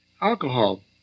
Alcohol